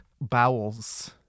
bowels